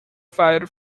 fire